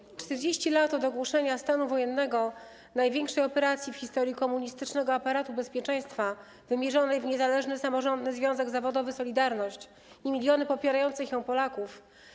Minęło czterdzieści lat od ogłoszenia stanu wojennego, największej operacji w historii komunistycznego aparatu bezpieczeństwa wymierzonej w Niezależny Samorządny Związek Zawodowy „Solidarność” i miliony popierających ją Polaków.